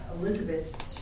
Elizabeth